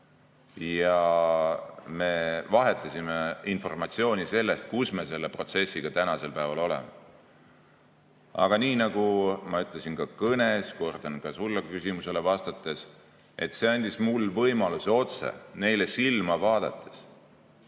Me vahetasime informatsiooni sellest, kus me selle protsessiga tänasel päeval oleme. Aga nii nagu ma ütlesin oma kõnes, kordan ka sinu küsimusele vastates, et see andis mulle võimaluse otse neile silma vaadates